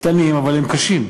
קטנים אבל קשים,